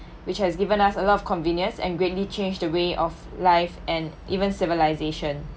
which has given us a lot of convenience and greatly changed the way of life and even civilization